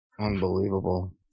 unbelievable